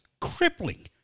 crippling